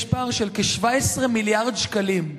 יש פער של כ-17 מיליארד שקלים.